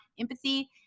empathy